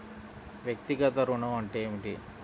వ్యక్తిగత ఋణం అంటే ఏమిటి?